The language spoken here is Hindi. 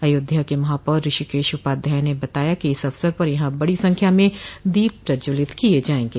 अयोध्या के महापौर ऋषिकेश उपाध्याय ने बताया कि इस अवसर पर यहां बड़ी संख्या में दीप प्रज्ज्वलित किये जायेंगे